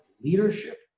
leadership